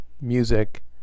music